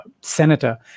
senator